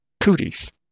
Cooties